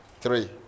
Three